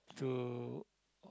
to